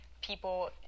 people